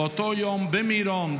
באותו יום במירון,